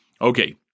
Okay